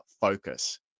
focus